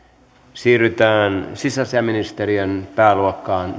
siirrytään sisäasiainministeriön pääluokkaan